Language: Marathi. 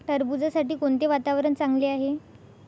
टरबूजासाठी कोणते वातावरण चांगले आहे?